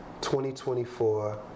2024